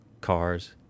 cars